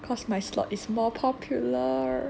cause my slot is more popular